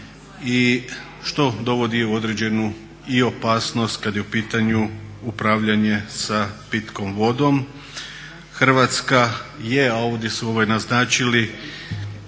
što dovodi određenu i opasnost kad je u pitanju upravljanje sa pitkom vodom. Hrvatska je, a ovdje su naznačili,